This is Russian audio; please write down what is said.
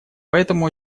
поэтому